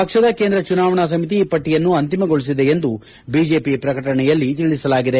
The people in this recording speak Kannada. ಪಕ್ಷದ ಕೇಂದ್ರ ಚುನಾವಣಾ ಸಮಿತಿ ಈ ಪಟ್ಟಿಯನ್ನು ಅಂತಿಮಗೊಳಿಸಿದೆ ಎಂದು ಬಿಜೆಪಿ ಪ್ರಕಟಣೆಯಲ್ಲಿ ತಿಳಿಸಲಾಗಿದೆ